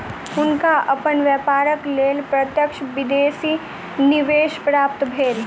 हुनका अपन व्यापारक लेल प्रत्यक्ष विदेशी निवेश प्राप्त भेल